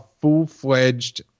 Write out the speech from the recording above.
full-fledged